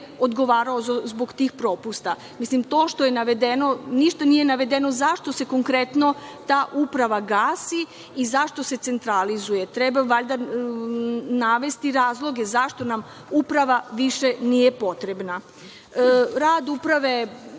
odgovarao zbog tih propusta? Mislim, to što je navedeno, ništa nije navedeno zašto se konkretno ta uprava gasi i zašto se centralizuje. Treba valjda navesti razloge zašto nam uprava više nije potrebna. Rad uprave